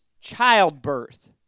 childbirth